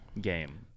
game